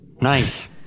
Nice